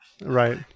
right